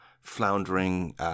floundering